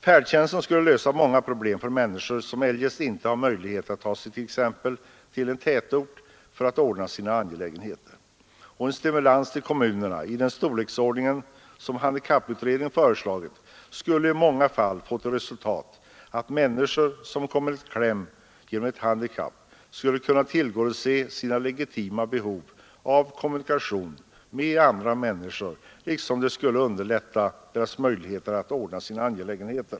Färdtjänsten skulle lösa många problem för människor som eljest inte har möjlighet att t.ex. ta sig till en tätort för att ordna sina angelägenheter. En stimulans till kommunerna av den storleksordning som handikapputredningen har föreslagit skulle i många fall få till resultat att människor som kommit i kläm genom ett handikapp skulle kunna tillgodose sina legitima behov av kommunikation med andra människor och öka deras möjligheter att klara sig själva.